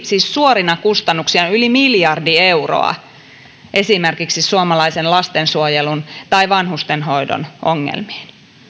siis suorina kustannuksina yli miljardi euroa esimerkiksi suomalaisen lastensuojelun tai vanhustenhoidon ongelmiin